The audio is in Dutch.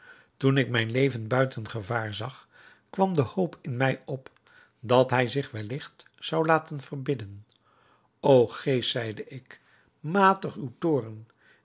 toen ik mijn leven buiten gevaar zag kwam de hoop in mij op dat hij zich welligt zou laten verbidden o geest zeide ik matig uwen toorn